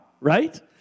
right